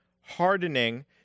hardening